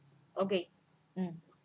okay um um